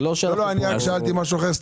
אני שאלתי משהו אחר.